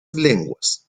lenguas